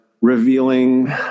revealing